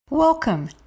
welcome